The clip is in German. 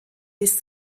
bis